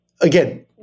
again